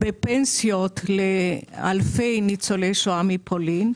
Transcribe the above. בפנסיות לאלפי ניצולי שואה מפולין,